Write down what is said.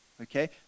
okay